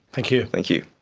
thank you. thank you.